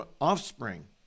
offspring